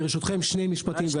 ברשותכם, שני משפטים.